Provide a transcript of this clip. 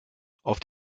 auf